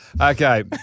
Okay